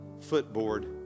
footboard